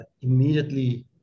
immediately